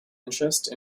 interest